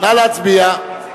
נא להצביע.